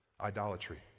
idolatry